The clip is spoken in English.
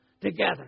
together